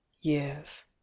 years